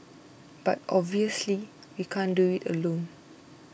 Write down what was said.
but obviously we can't do it alone